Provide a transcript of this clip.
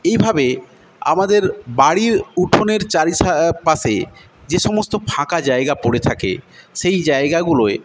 এইভাবে আমাদের বাড়ির উঠোনের চারি পাসে যেসমস্ত ফাঁকা জায়গা পড়ে থাকে সেই জায়গাগুলোয়